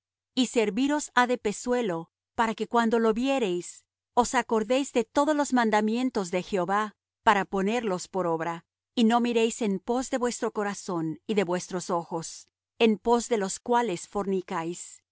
y serviros ha de pezuelo para que cuando lo viereis os acordéis de todos los mandamientos de jehová para ponerlos por obra y no miréis en pos de vuestro corazón y de vuestros ojos en pos de los cuales fornicáis